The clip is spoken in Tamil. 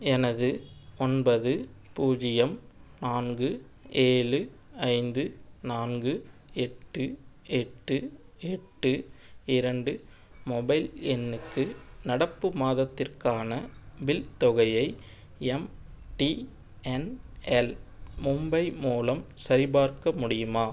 எனது ஒன்பது பூஜ்ஜியம் நான்கு ஏழு ஐந்து நான்கு எட்டு எட்டு எட்டு இரண்டு மொபைல் எண்ணுக்கு நடப்பு மாதத்திற்கான பில் தொகையை எம்டிஎன்எல் மும்பை மூலம் சரிபார்க்க முடியுமா